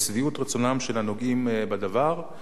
לשביעות רצונם של הנוגעים בדבר.